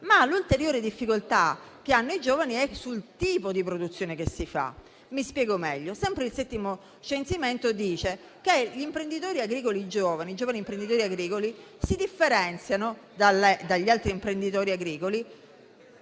ma l'ulteriore difficoltà che hanno è sul tipo di produzione che si fa. Mi spiego meglio. Sempre il settimo censimento dice che i giovani imprenditori agricoli si differenziano dagli altri per due